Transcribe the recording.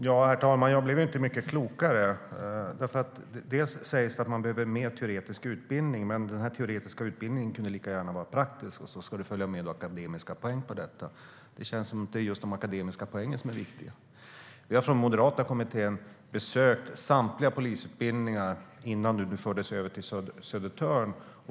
Herr talman! Jag blev inte mycket klokare. Det sägs att det behövs mer teoretiskt utbildning, men den utbildningen kunde lika gärna vara praktisk. Sedan ska det följa med akademiska poäng på detta. Det känns som att det är just de akademiska poängen som är viktigt. Vi har från den moderata kommittén besökt samtliga polisutbildningar innan det fördes över till Södertörn.